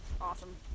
awesome